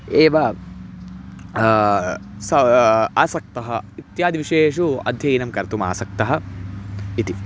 एव सः आसक्तः इत्यादिविषयेषु अध्ययनं कर्तुम् आसक्तः इति